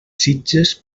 sitges